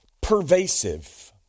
pervasive